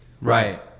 Right